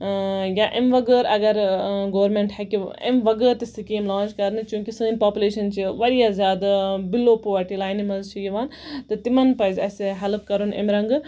یا اَمہِ وَغٲر اگر گورمینٹ ہٮ۪کہِ اَمہِ وَغٲر تہِ سِکیٖم لانچ کرنہٕ چوٗنکہِ سٲنۍ پاپُلیشَن چھِ واریاہ زہادٕ بٔلو پوٚورٹی لاینہِ منٛز چھِ یِوان تہٕ تِمن پَزِ اَسہِ ہٮ۪لٕپ کرُن اَمہِ رَنگہٕ